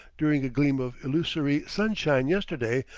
during a gleam of illusory sunshine yesterday,